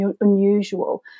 unusual